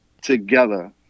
together